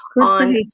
on